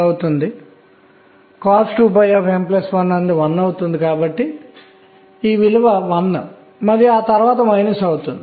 ఇప్పుడు n 2 ను చూద్దాం l అనేది 0 అవుతుంది m అనేది 0 అవుతుంది